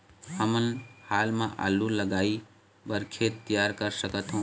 हमन हाल मा आलू लगाइ बर खेत तियार कर सकथों?